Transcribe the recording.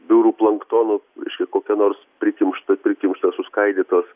biurų planktonu reiškia kokia nors prikimšta prikimšta suskaidytos